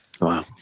Wow